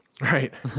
Right